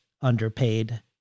underpaid